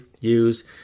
use